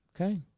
okay